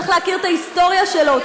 הוא צריך להכיר את ההיסטוריה שלו,